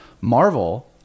Marvel